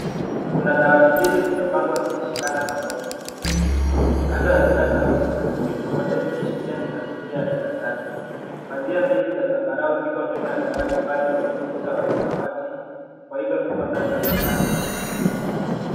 Kuna dawati mbili zimepangua zimeshikana pamoja . Kando ya kila dawati kuna kitu kimoja ikiashiria na mazingira ya darasani. Lazima mbili za sambarawi ziko nyuma ya dawati pale kwenye ukuta wa samawati, Kwa hivyo tuko ndani ya darasa.